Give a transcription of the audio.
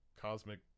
cosmic